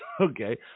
okay